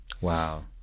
wow